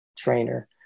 Trainer